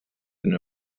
been